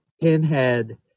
pinhead